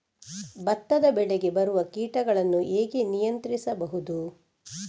ಭತ್ತದ ಬೆಳೆಗೆ ಬರುವ ಕೀಟಗಳನ್ನು ಹೇಗೆ ನಿಯಂತ್ರಿಸಬಹುದು?